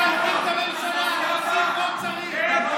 צריך להרחיב את הממשלה, להוסיף עוד שרים.